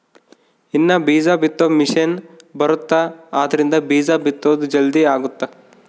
ಇನ್ನ ಬೀಜ ಬಿತ್ತೊ ಮಿಸೆನ್ ಬರುತ್ತ ಆದ್ರಿಂದ ಬೀಜ ಬಿತ್ತೊದು ಜಲ್ದೀ ಅಗುತ್ತ